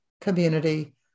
community